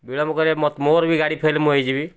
ବିଳମ୍ବ କଲେ ମୋର ବି ଗାଡ଼ି ଫେଲ୍ ମୁଁ ହୋଇଯିବି